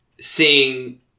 seeing